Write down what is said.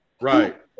Right